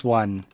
one